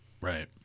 Right